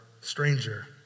stranger